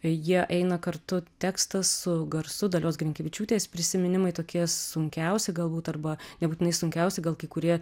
jie eina kartu tekstas su garsu dalios grinkevičiūtės prisiminimai tokie sunkiausi galbūt arba nebūtinai sunkiausi gal kai kurie